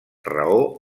raó